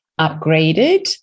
upgraded